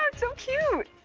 um so cute.